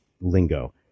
lingo